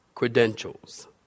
credentials